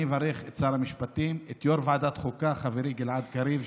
אני מברך את שר המשפטים ואת יו"ר ועדת החוקה חברי גלעד קריב,